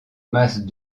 masse